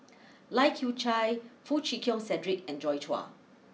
Lai Kew Chai Foo Chee Keng Cedric and Joi Chua